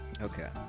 Okay